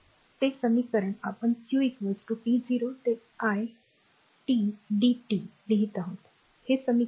ते समीकरण आपण क्यू टी 0 ते आय डी टी लिहित आहोत हे समीकरण १